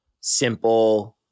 simple